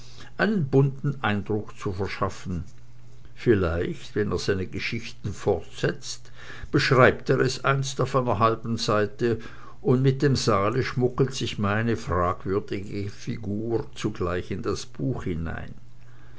einen bunten eindruck zu verschaffen vielleicht wenn er seine geschichten fortsetzt beschreibt er es einst auf einer halben seite und mit dem saale schmuggelt sich meine fragwürdige figur zugleich in das buch hinein